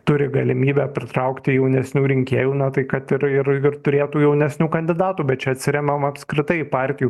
turi galimybę pritraukti jaunesnių rinkėjų na tai kad ir ir ir turėtų jaunesnių kandidatų bet čia atsiremiam apskritai į partijų